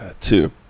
Two